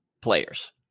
players